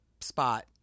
spot